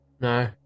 No